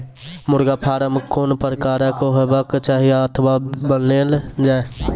मुर्गा फार्म कून प्रकारक हेवाक चाही अथवा बनेल जाये?